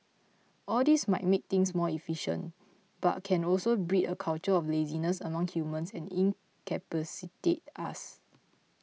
all this might make things more efficient but can also breed a culture of laziness among humans and incapacitate us